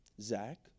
Zach